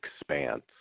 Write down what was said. Expanse